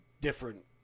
different